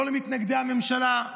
לא למתנגדי הממשלה,